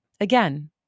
again